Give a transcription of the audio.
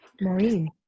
Maureen